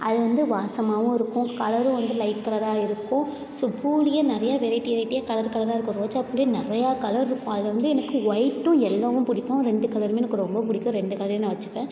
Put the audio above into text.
அது வந்து வாசமாகவும் இருக்கும் கலரும் வந்து லைட் கலராக இருக்கும் ஸோ பூவுலேயே நிறையா வெரைட்டி வெரைட்டியாக கலர் கலராக இருக்கும் ரோஜாப்பூலேயே நிறையா கலர் இருக்கும் அதில் வந்து எனக்கு ஒயிட்டும் எல்லோவும் பிடிக்கும் ரெண்டு கலருமே எனக்கு ரொம்ப பிடிக்கும் ரெண்டு கலரையும் நான் வெச்சிப்பேன்